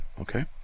Okay